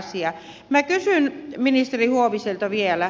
minä kysyn ministeri huoviselta vielä